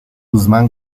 guzmán